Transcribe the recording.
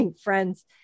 friends